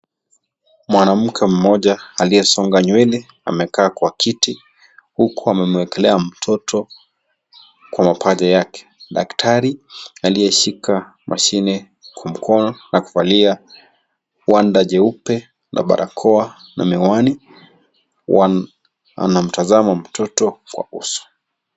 Mwanamke mmoja aliyesonga nywele amekaa kwa kiti, huku amemwekelea mtoto kwa mapaja yake. Daktari aliyeshika mashini kwa mkono na kuvalia gwanda jeupe na barakoa na miwani anamtazama mtoto kwa uso.